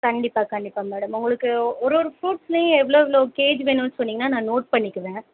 கண்டிப்பாக கண்டிப்பாக மேடம் உங்களுக்கு ஒருவொரு ஃப்ரூட்ஸ்லையும் எவ்வளோ எவ்வளோ கேஜி வேணும்ன்னு சொன்னிங்கன்னா நான் நோட் பண்ணிக்குவேன்